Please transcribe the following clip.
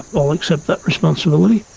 i'll accept that responsibility.